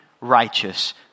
righteous